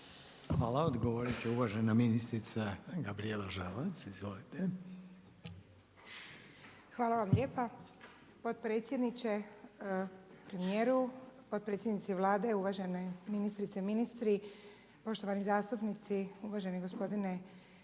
Hvala. Odgovorit će uvažena ministrica Gabrijela Žalac. Izvolite. **Žalac, Gabrijela (HDZ)** Potpredsjedniče, premijeru, potpredsjednici Vlade, uvažene ministrice, ministri, poštovani zastupnici, uvaženi gospodine